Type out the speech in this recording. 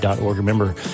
Remember